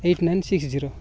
eight nine six zero